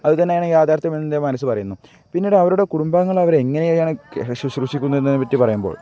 അതു തന്നെയാണ് യാഥാർത്യം എന്ന് എൻ്റെ മനസ് പറയുന്നു പിന്നീട് അവരുടെ കുടുംബാഗംങ്ങൾ അവരെ എങ്ങനെയാണ് ശുശ്രൂഷിക്കുന്നത് എന്നതിനെ പറ്റി പറയുമ്പോൾ